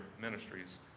Ministries